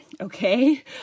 okay